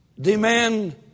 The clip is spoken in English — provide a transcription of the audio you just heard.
Demand